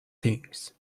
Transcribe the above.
things